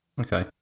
Okay